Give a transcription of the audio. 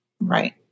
Right